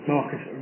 Marcus